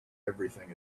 everything